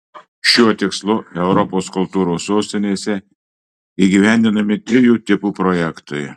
šiuo tikslu europos kultūros sostinėse įgyvendinami trijų tipų projektai